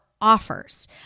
offers